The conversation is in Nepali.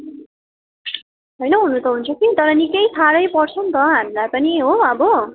होइन हुनु त हुन्छ कि तर निकै टोडो पर्छ नि त हामीलाई पनि हो अब